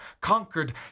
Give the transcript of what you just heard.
conquered